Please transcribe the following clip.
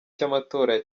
cy’amatora